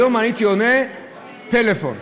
היום הייתי עונה: פלאפון.